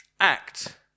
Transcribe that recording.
act